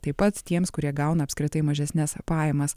taip pat tiems kurie gauna apskritai mažesnes pajamas